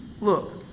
Look